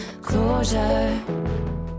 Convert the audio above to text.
closure